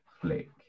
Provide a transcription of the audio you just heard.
flick